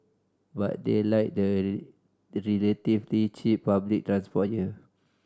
but they like the relatively cheap public transport here